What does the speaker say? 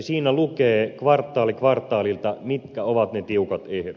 siinä lukee kvartaali kvartaalilta mitkä ovat ne tiukat ehdot